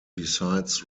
besides